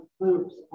groups